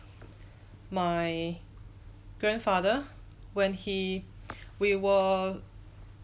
my grandfather when he we were